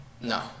No